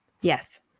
Yes